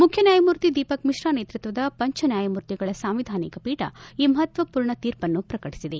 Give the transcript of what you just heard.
ಮುಖ್ಯನ್ಲಾಯಮೂರ್ತಿ ದೀಪಕ್ ಮಿಶ್ರಾ ನೇತೃತ್ವದ ಪಂಚ ನ್ಲಾಯಮೂರ್ತಿಗಳ ಸಾಂವಿಧಾನಿಕಪೀಠ ಈ ಮಹತ್ವಪೂರ್ಣ ತೀರ್ಪನ್ನು ಪ್ರಕಟಿಸಿದೆ